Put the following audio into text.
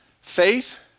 Faith